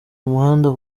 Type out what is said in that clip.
muhanda